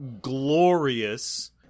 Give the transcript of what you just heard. glorious